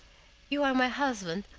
you are my husband,